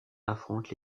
affronte